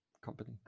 company